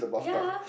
yeah